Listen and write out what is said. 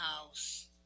house